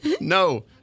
No